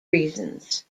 reasons